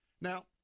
Now